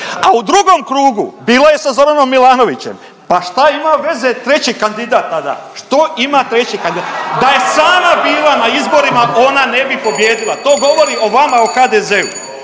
a u drugom krugu bila je sa Zoranom Milanovićem, pa šta ima veze treći kandidat tada, što ima treći kandidat. Da je sama bila na izborima ona ne bi pobijedila, to govori o vama o HDZ-u.